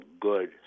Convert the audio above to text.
good